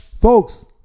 folks